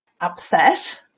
upset